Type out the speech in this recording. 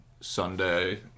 Sunday